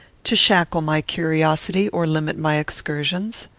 to shackle my curiosity, or limit my excursions.